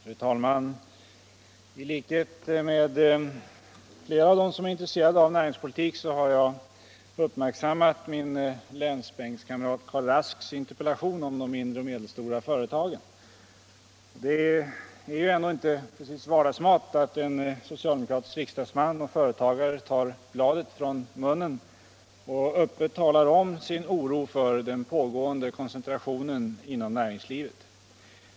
Herr talman! I likhet med flera av dem som är intresserade av näringspolitik har jag uppmärksammat min länsbänkskamrat Karl Rasks interpellation om de mindre och medelstora företagen. Det är ju inte vardagsmat att en socialdemokratisk riksdagsman och företagare tar bladet från munnen och öppet talar om sin oro för den pågående koncentrationen inom näringslivet.